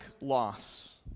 loss